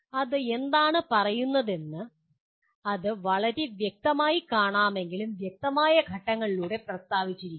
അത് എന്താണ് പറയുന്നതെന്ന് അത് വളരെ വ്യക്തമായി കാണാമെങ്കിലും വ്യക്തമായ ഘട്ടങ്ങളിലൂടെ പ്രസ്താവിച്ചിരിക്കുന്നു